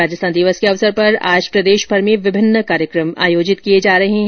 राजस्थान दिवस के अवसर पर आज प्रदेशभर में विभिन्न कार्यक्रम आयोजित किए जा रहे हैं